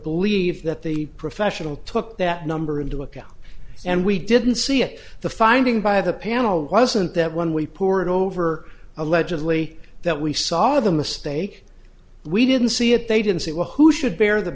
believe that the professional took that number into account and we didn't see it the finding by the panel wasn't that when we poor and over allegedly that we saw them a stake we didn't see it they didn't say well who should bear the